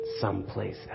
someplace